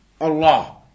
Allah